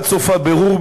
עד סוף הבירור,